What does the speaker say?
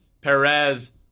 Perez